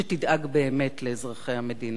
שתדאג באמת לאזרחי המדינה.